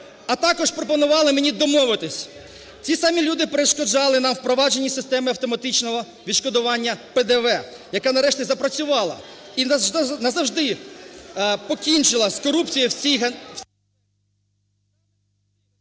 а також пропонували мені домовитись. Ці самі люди перешкоджали нам у впровадженні системи автоматичного відшкодування ПДВ, яка нарешті запрацювала і назавжди покінчила з корупцією в